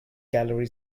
gallery